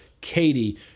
Katie